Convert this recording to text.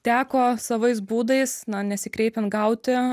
teko savais būdais na nesikreipiant gauti